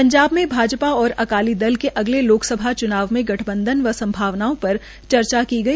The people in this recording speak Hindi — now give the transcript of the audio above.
पंजाब में भाजपा और अकाली दल के अगले लोकसभा च्नाव में गठबंधन व संभावनाओं पर चर्चा की गई